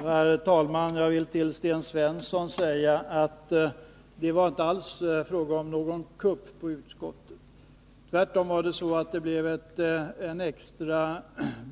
Herr talman! Jag vill till Sten Svensson säga att det inte alls var fråga om någon kupp i utskottet. Tvärtom blev det en extra